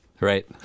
Right